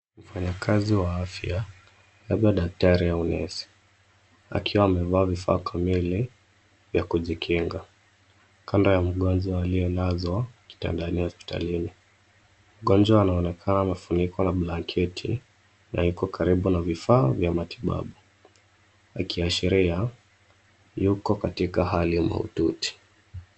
Mfanyakazi wa afya, labda daktari au nesi, akiwa amevaa vifaa kamili vya kujikinga, kando ya mgonjwa aliyelazwa kitandani hospitalini. Mgonjwa anaonekana amefunikwa na blanket na yuko karibu na vifaa vya matibabu, akiashiria yuko katika hali mahututi.